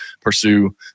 pursue